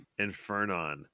Infernon